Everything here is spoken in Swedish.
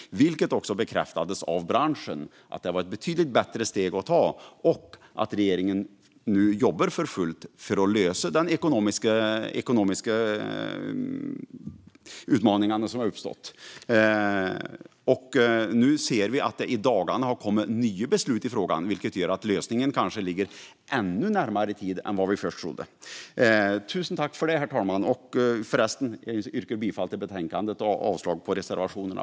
Det bekräftades också av branschen att det här var ett betydligt bättre steg att ta. Regeringen jobbar nu för fullt för att lösa de ekonomiska utmaningar som uppstått, och nu ser vi att det i dagarna har kommit nya beslut i frågan, vilket gör att lösningen kanske ligger närmare i tid än vad vi först trodde. Jag yrkar bifall till utskottets förslag i betänkandet och avslag på reservationerna.